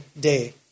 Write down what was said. day